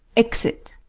exit